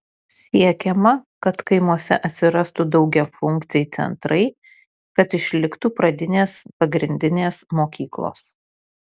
siekiama kad kaimuose atsirastų daugiafunkciai centrai kad išliktų pradinės pagrindinės mokyklos